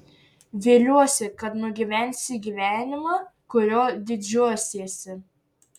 viliuosi kad nugyvensi gyvenimą kuriuo didžiuosiesi